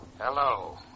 Hello